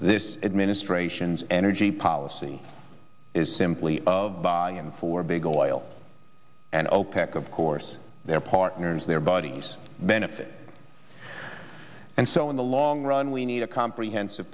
this administration's energy policy is simply of by and for big oil and opec of course their partners their buddies benefit and so in the long run we need a comprehensive